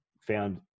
found